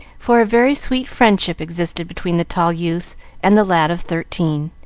for a very sweet friendship existed between the tall youth and the lad of thirteen.